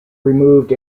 removed